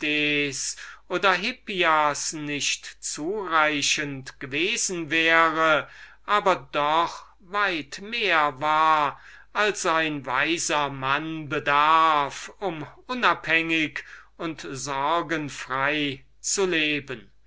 oder hippias zureichend gewesen wäre aber es war noch immer mehr als ein weiser selbst von der sekte des aristippus nötig hätte um frei gemächlich und angenehm zu leben